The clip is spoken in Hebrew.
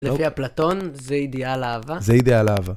לפי אפלטון זה אידיאל אהבה. זה אידיאל אהבה.